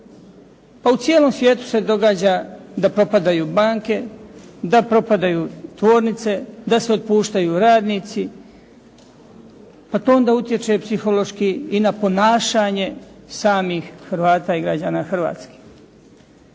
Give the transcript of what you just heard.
Pa u cijelom svijetu se događa da propadaju banke, da propadaju tvornice, da se otpuštaju radnici, pa to onda utječe psihološki i na ponašanje samih Hrvata i građana Hrvatske.